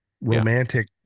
romantic